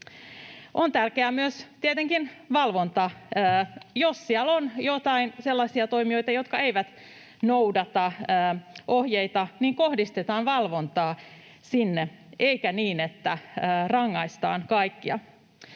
Tietenkin myös valvonta on tärkeää. Jos siellä on joitain sellaisia toimijoita, jotka eivät noudata ohjeita, niin kohdistetaan valvontaa sinne, eikä niin, että rangaistaan kaikkia.